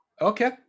Okay